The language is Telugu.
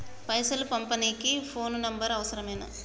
పైసలు పంపనీకి ఫోను నంబరు అవసరమేనా?